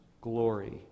glory